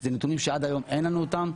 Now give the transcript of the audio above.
אלה נתונים שעד היום אין לנו אותם.